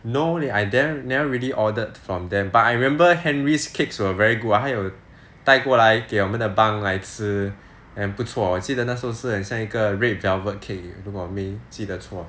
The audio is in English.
no leh I never really ordered from them but I remember henry's cakes were very good 他有带过来给我们的 bunk 来吃 then 不错记得那时候是很像一个 red velvet cake 如果没记得错